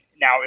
now